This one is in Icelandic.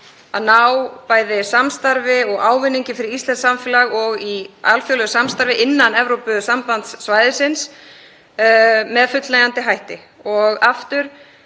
að ná bæði samstarfi og ávinningi fyrir íslenskt samfélag og í alþjóðlegu samstarfi innan Evrópusambandssvæðisins með fullnægjandi hætti. Aftur: